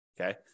Okay